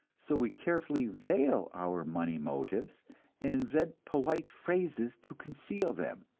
so we carefully veil our money motives, and invent polite phrases to conceal them.